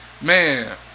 man